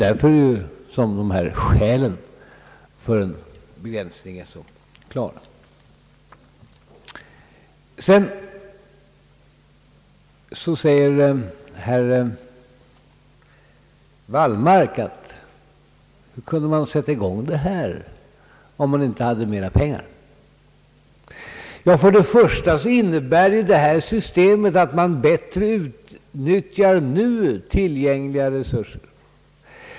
Det är därför skälen för en begränsning i detta avseende är så klara. Sedan frågar herr Wallmark hur man kan starta den här reformen utan att ha tillgång till mera pengar. För det första innebär detta nya system att man bättre utnyttjar nu tillgängliga resurser.